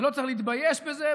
ולא צריך להתבייש בזה,